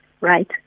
right